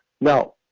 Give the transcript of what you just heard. Now